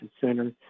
center